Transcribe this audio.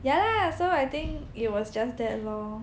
yah lah so I think it was just that lor